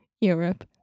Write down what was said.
Europe